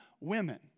women